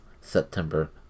September